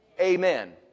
Amen